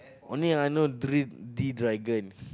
only I know three G-Dragon